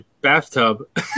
bathtub